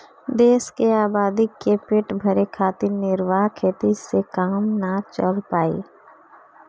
देश के आबादी क पेट भरे खातिर निर्वाह खेती से काम ना चल पाई